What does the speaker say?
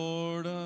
Lord